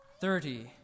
thirty